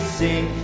sing